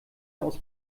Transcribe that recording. aus